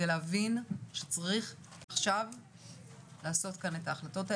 ההחלטות כבר